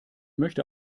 möchte